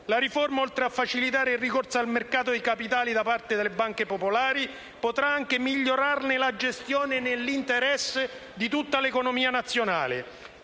La riforma, oltre a facilitare il ricorso al mercato dei capitali da parte delle banche popolari, potrà anche migliorarne la gestione nell'interesse di tutta l'economia nazionale.